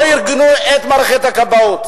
לא ארגנו את מערכת הכבאות.